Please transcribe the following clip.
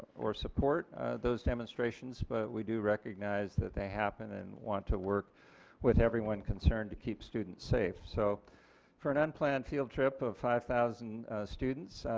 or support those demonstrations but we do recognize that they happen and want to work with everyone concerned to keep students safe. so for an unplanned field trip of five thousand students